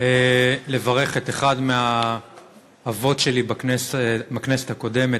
לברך את אחד מהאבות שלי בכנסת הקודמת,